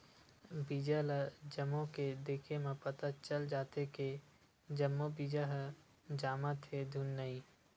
बीजा ल जमो के देखे म पता चल जाथे के जम्मो बीजा ह जामत हे धुन नइ